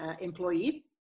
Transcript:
employee